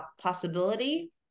possibility